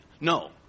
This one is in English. No